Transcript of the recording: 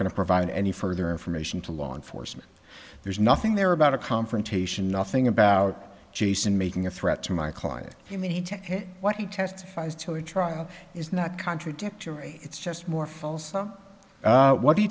going to provide any further information to law enforcement there's nothing there about a confrontation nothing about jason making a threat to my client i mean what he testifies to a trial is not contradictory it's just more false what